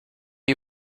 you